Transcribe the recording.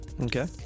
Okay